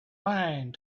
lying